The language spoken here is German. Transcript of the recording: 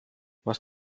was